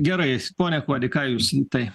gerai pone kuodi ką jūs į tai